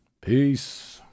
peace